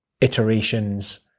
iterations